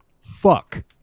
fuck